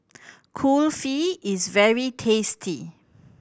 kulfi is very tasty